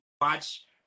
watch